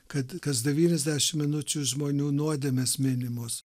kad kas devyniasdešim minučių žmonių nuodėmes minimos